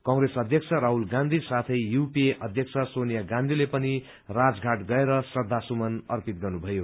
कंप्रेस अध्यक्ष राहुल गाँधी साथै यूपीए अध्यक्ष सोनिया गाँधीले पनि राजधाट गएर श्रद्धासुमन अर्पित गर्नुभयो